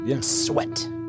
Sweat